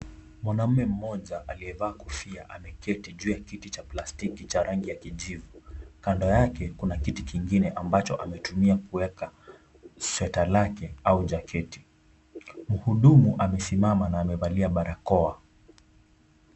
Mwanaume mmoja aliyevaa kofia ameketi juu ya kiti cha plastiki cha rangi ya kijivu. Kando yake kuna kiti kingine ambacho ametumia kuweka sweta lake au jaketi. Mhudumu amesimama na amevalia barakoa.